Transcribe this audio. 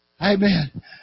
Amen